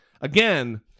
Again